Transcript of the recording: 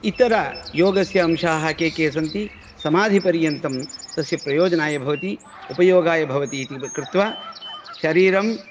इतरयोगस्य अंशाः के के सन्ति समाधिपर्यन्तं तस्य प्रयोजनाय भवति उपयोगाय भवति इति कृत्वा शरीरं